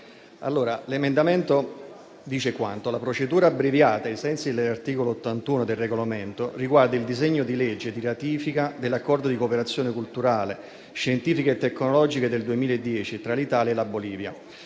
Presidente, la procedura abbreviata, ai sensi dell'articolo 81 del Regolamento, riguarda il disegno di legge di ratifica dell'Accordo di cooperazione culturale, scientifica e tecnologiche del 2010 tra l'Italia e la Bolivia,